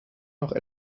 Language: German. noch